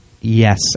Yes